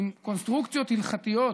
עם קונסטרוקציות הלכתיות,